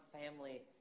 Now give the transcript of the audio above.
family